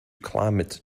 climate